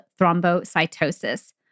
thrombocytosis